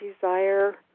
desire